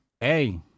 Hey